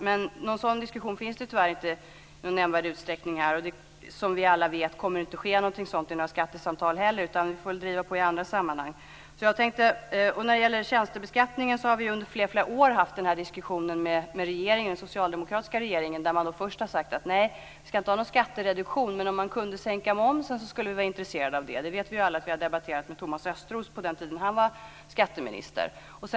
Men någon sådan diskussion förekommer tyvärr inte i någon nämnvärd utsträckning här, och som vi alla vet kommer den heller inte att tas upp i några skattesamtal, utan vi får väl driva på i andra sammanhang. När det gäller tjänstebeskattningen har vi under flera år diskuterat frågan med den socialdemokratiska regeringen, som först har sagt att vi inte ska ha någon skattereduktion men att om man kunde sänka momsen så skulle man vara intresserad av det. Vi vet ju alla att vi har debatterat detta med Thomas Östros när han var skatteminister.